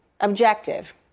objective